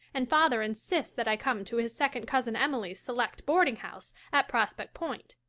and father insists that i come to his second-cousin emily's select boardinghouse at prospect point.